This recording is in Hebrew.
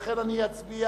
לכן,